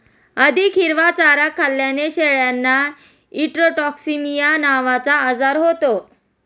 अधिक हिरवा चारा खाल्ल्याने शेळ्यांना इंट्रोटॉक्सिमिया नावाचा आजार होतो